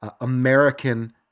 American